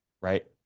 right